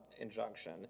injunction